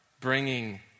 bringing